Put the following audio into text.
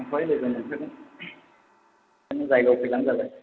ओमफ्राय लोगो नोंसोरजों जायगायाव फैबानो जाबाय